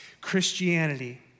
Christianity